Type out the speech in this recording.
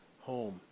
home